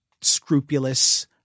scrupulous